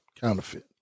counterfeit